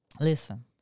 listen